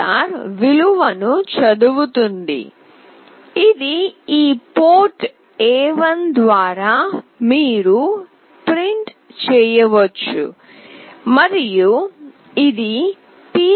red విలువ ను చదువుతుంది ఇది ఈ పోర్ట్ A1 ద్వారా మీరు ప్రింట్ చేయవచ్చు మరియు ఇది pc